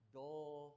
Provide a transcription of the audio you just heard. dull